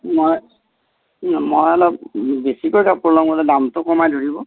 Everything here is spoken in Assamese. মই মই অলপ বেছিকৈ কাপোৰ ল'ম গতিকে দামটো কমাই ধৰিব